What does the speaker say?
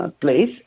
place